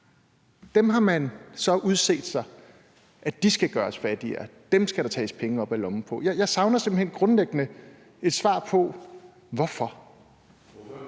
for, har man så udset sig skal gøres fattigere; dem skal der tages penge op af lommen på. Jeg savner simpelt hen grundlæggende et svar på hvorfor.